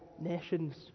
nations